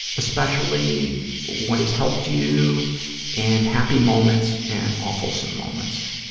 especially what has helped you and happy moments and awfulsome moments.